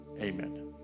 amen